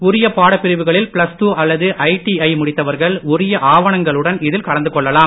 உரிய பாடப் பிரிவுகளில் பிளஸ் அல்லது ஐடிஐ முடித்தவர்கள் உரிய ஆவணங்களுடன் இதில் கலந்து கொள்ளலாம்